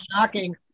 shocking